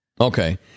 Okay